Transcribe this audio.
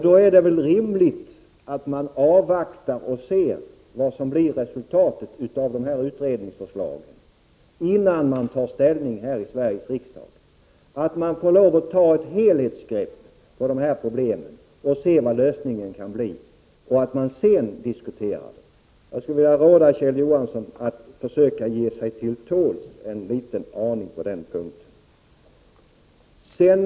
Då är det väl rimligt att man avvaktar och ser vad som blir resultatet av dessa utredningars förslag innan man tar ställning här i Sveriges riksdag. Det är rimligt att man får ta ett helhetsgrepp på de här problemen och se vad lösningen kan bli, och att man sedan diskuterar detta. Jag skulle vilja råda Kjell Johansson att försöka ge sig till tåls en liten aning på den punkten.